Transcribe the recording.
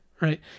Right